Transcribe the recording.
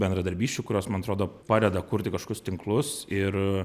bendradarbysčių kurios man atrodo padeda kurti kažkokius tinklus ir